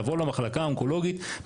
לבוא למחלקה האונקולוגית,